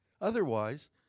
otherwise